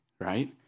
right